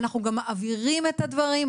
אנחנו גם מעבירים את הדברים,